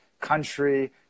country